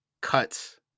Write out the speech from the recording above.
cuts